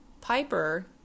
Piper